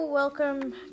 Welcome